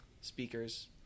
speakers